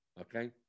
Okay